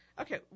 Okay